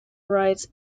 rights